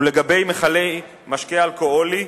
ולגבי מכלי משקה אלכוהולי,